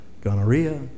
gonorrhea